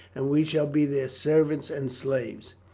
and we shall be their servants and slaves.